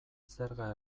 zerga